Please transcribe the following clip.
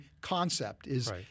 concept—is